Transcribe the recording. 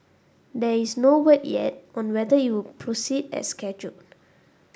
there is no word yet on whether you proceed as scheduled